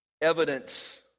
evidence